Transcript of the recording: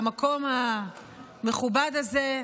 במקום המכובד הזה,